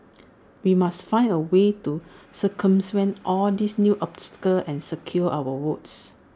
we must find A way to circumvent all these new obstacles and secure our votes